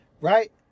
Right